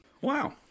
Wow